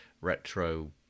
retro